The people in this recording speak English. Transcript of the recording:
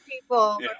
people